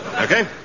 Okay